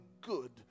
good